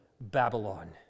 Babylon